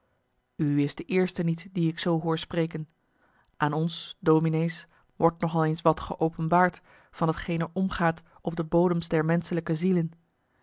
is de eerste niet die ik zoo hoor spreken aan ons dominee's wordt nog al eens wat geopenbaard van t geen er omgaat op de bodems der menschelijke zielen